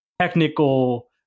technical